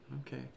Okay